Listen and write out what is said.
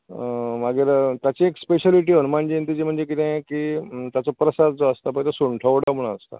मागीर ताची एक स्पेशलिटी हनुमान जयंतीची कितें म्हणजे कितें की ताचो प्रसाद जो आसता तो सूंठ वडो म्हणून आसता